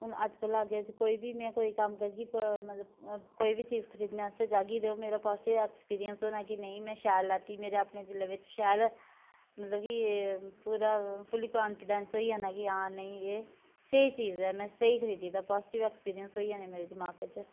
हून अज्जकल अग्गें कोई बी में कोई कम्म करगी पर मतलब कोई बी चीज़ खरीदने आस्तै जाह्गी ते ओह् मेरा फस्ट ऐक्सपिरियंस होना कि नेईं में शैल लैती मेरे अपने दिलै बिच्च शैल मतलब कि पूरा फूली काफिडैंस होई जाना कि हां नेईं एह् स्हेई चीज़ ऐ में स्हेई खरीदी दा पाजिटव ऐक्सपिरियंस होई गेआ में दिमागै च